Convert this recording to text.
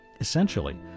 Essentially